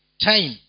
time